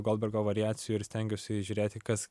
goldbergo variacijų ir stengiuosi įžiūrėti kas